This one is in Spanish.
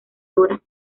dra